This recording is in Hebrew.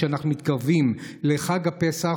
שאנחנו מתקרבים לחג הפסח,